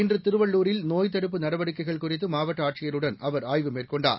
இன்று திருவள்ளூரில் நோய் தடுப்பு நடவடிக்கைகள் குறித்து மாவட்ட ஆட்சியருடன் அவர் ஆய்வு மேற்கொண்டார்